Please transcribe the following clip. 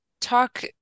talk